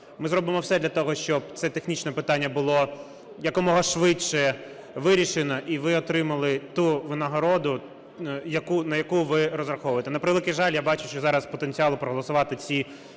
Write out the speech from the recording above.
Ми зробимо все для того, щоб це технічне питання було якомога швидше вирішено, і ви отримали ту винагороду, на яку ви розраховуєте. На превеликий жаль, я бачу, що зараз потенціалу проголосувати ці